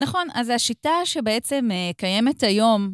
נכון, אז השיטה שבעצם קיימת היום...